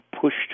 pushed